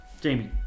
Jamie